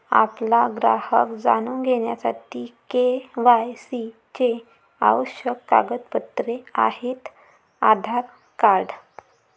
आपला ग्राहक जाणून घेण्यासाठी के.वाय.सी चे आवश्यक कागदपत्रे आहेत आधार कार्ड